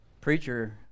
preacher